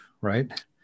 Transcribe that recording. right